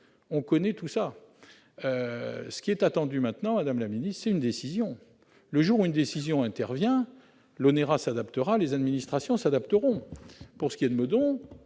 On connaît tout cela. Ce qui est attendu maintenant, madame la secrétaire d'État, c'est une décision. Le jour où une décision intervient, l'ONERA s'adaptera, les administrations aussi. Pour ce qui est de Meudon,